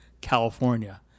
California